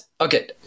Okay